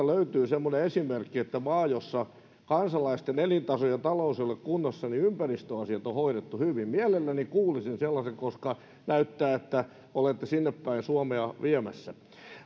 löytyy semmoinen esimerkki maa jossa kansalaisten elintaso ja talous eivät ole kunnossa mutta ympäristöasiat on hoidettu hyvin mielelläni kuulisin sellaisen koska näyttää että olette sinnepäin suomea viemässä